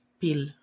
pill